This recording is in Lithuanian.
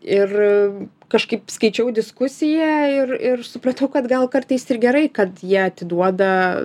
ir kažkaip skaičiau diskusiją ir ir supratau kad gal kartais ir gerai kad jie atiduoda